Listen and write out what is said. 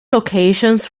locations